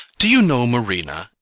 do you know, marina,